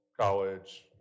college